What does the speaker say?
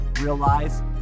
realize